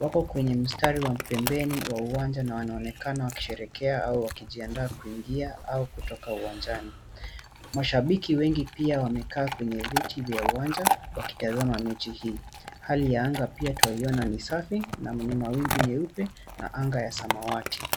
wako kwenye mistari wa pembeni wa uwancha na wanaonekana wakisherekea au kuandaa kuingia au kutoka uwanjani mashapiki wengi pia wamekaa kwenye viti vya uwanja wakitazama mechi hii hali ya anga pia tunaiona ni safi yenye na mawingu nyeupe na anga ya samawati.